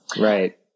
Right